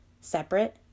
separate